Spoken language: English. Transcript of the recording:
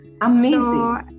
Amazing